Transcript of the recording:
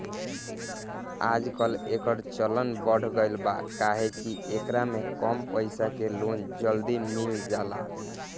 आजकल, एकर चलन बढ़ गईल बा काहे कि एकरा में कम पईसा के लोन जल्दी मिल जाला